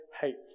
hates